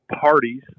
Parties